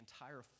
entire